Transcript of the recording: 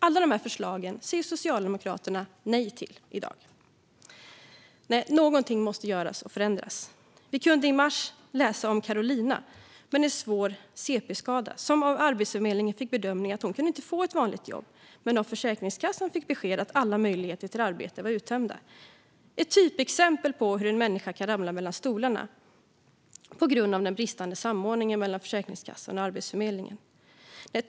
Alla dessa förslag säger Socialdemokraterna i dag nej till. Men något måste göras och förändras. Vi kunde i mars läsa om Carolina med en svår cp-skada. Hon fick av Arbetsförmedlingen bedömningen att hon inte kunde få ett vanligt jobb. Men av Försäkringskassan fick hon besked att alla möjligheter till arbete inte var uttömda. Detta är ett typexempel på hur en människa kan falla mellan stolarna på grund av den bristande samordningen mellan Försäkringskassan och Arbetsförmedlingen.